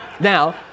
Now